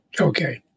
Okay